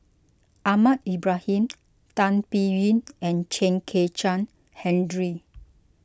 Ahmad Ibrahim Tan Biyun and Chen Kezhan Henri